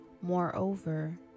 Moreover